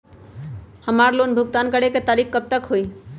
हमार लोन भुगतान करे के तारीख कब तक के हई?